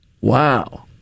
Wow